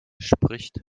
spricht